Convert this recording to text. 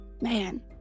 Man